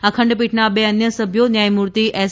આ ખંડપીઠના બે અન્ય સભ્યો ન્યાયમૂર્તિ એસ